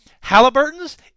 Halliburton's